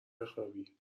بخوابی